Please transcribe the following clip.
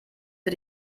für